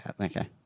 Okay